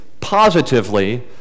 positively